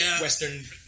Western